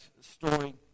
story